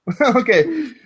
Okay